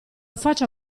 faccia